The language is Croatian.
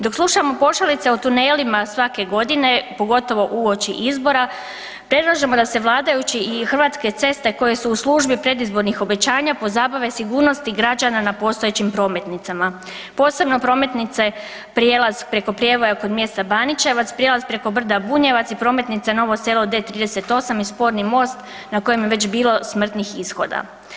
Dok slušamo pošalice o tunelima svake godine, pogotovo uoči izbora, predlažemo da se vladajući i Hrvatske ceste koje su u službi predizbornih obećanja pozabave sigurnosti građana na postojećim prometnicama, posebno prometnice prijelaz preko prijevoja kod mjesta Banićevac, prijelaz preko brda Bunjevac i prometnice Novo Selo D-38 i sporni most na kojem je već bilo smrtnih ishoda.